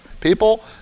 People